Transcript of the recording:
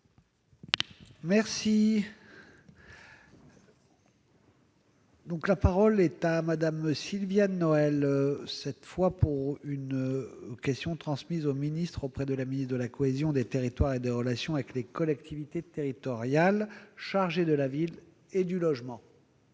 là ! La parole est à Mme Sylviane Noël, auteur de la question n° 960, transmise à M. le ministre auprès de la ministre de la cohésion des territoires et des relations avec les collectivités territoriales, chargé de la ville et du logement.